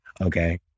okay